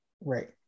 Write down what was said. Right